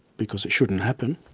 because it shouldn't happen.